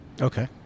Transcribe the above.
okay